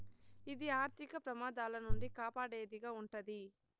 ఇది ఆర్థిక ప్రమాదాల నుండి కాపాడేది గా ఉంటది